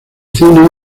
cine